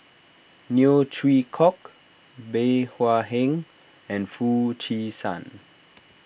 Neo Chwee Kok Bey Hua Heng and Foo Chee San